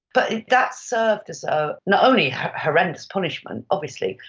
but that served as ah not only horrendous punishment obviously,